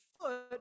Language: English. foot